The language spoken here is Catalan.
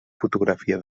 fotografia